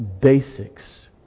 basics